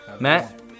Matt